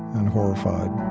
and horrified.